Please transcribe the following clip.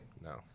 No